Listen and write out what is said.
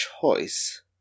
choice